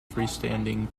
freestanding